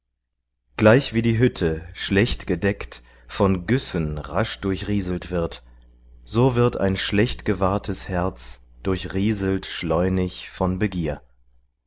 gleichwie die hütte schlecht gedeckt von güssen rasch durchrieselt wird so wird ein schlecht gewahrtes herz durchrieselt schleunig von begier